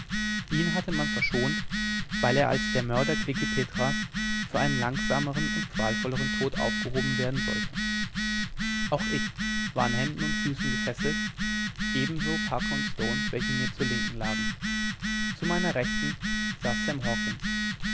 ihn hatte man verschont weil er als der mörder klekih petras für einen langsamern und qualvollern tod aufgehoben werden sollte auch ich war an händen und füßen gefesselt ebenso parker und stone welche mir zur linken lagen zu meiner rechten saß sam hawkens